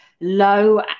low